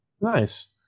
Nice